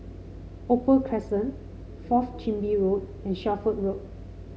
Opal Crescent Fourth Chin Bee Road and Shelford Road